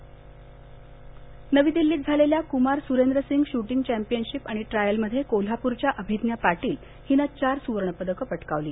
shooting championship नवी दिल्लीत झालेल्या कुमार सुरेंद्र सिंग शूटिंग चॅम्पियनशीप आणि ट्रायलमध्ये कोल्हापूरच्या अभिज्ञा पाटील हिने चार सुवर्णपदक पटकावली